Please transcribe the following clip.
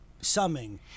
summing